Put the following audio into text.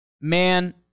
Man